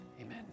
Amen